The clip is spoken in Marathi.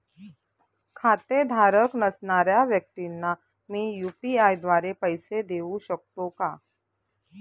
खातेधारक नसणाऱ्या व्यक्तींना मी यू.पी.आय द्वारे पैसे देऊ शकतो का?